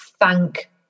thank